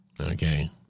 Okay